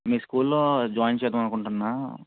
మీ స్కూల్లో జాయిన్ చేద్దామనుకుంటున్నా